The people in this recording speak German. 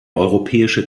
europäische